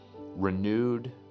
renewed